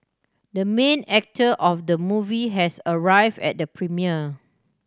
the main actor of the movie has arrive at premiere